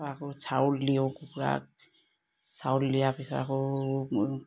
আকৌ চাউল দিওঁ কুকুৰাক চাউল দিয়াৰ পিছত আকৌ